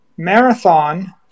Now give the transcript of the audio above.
Marathon